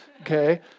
okay